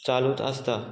चालूच आसता